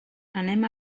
anem